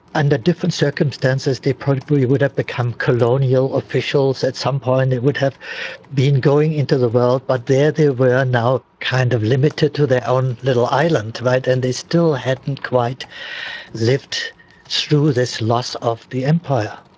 under different circumstances, they probably would have become colonial officials at some point, they would have been going into the world. but there they were now, kind of limited to their own little island, right? and they still hadn't quite lived through this loss of the empire.